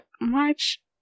march